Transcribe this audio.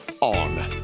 on